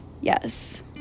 yes